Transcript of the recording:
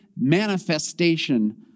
manifestation